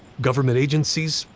government agencies,